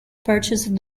purchased